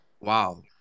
Wow